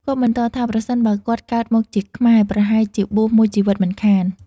គាត់បន្តថាប្រសិនបើគាត់កើតមកជាខ្មែរ ប្រហែលជាបួសមួយជីវិតមិនខាន។